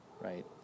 Right